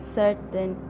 certain